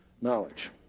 knowledge